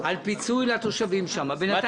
פיצוי לתושבים במבוא מודיעים.